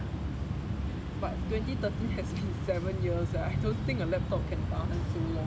but twenty thirteen has been seven years I don't think a laptop can tahan so long